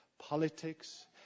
politics